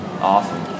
Awesome